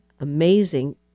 amazing